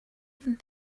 even